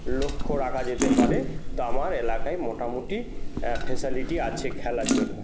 লক্ষ্য রাখা যেতে পারে তা আমার এলাকায় মোটামুটি ফেসিলিটি আছে খেলার জন্য